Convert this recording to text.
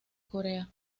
corea